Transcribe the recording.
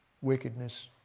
wickedness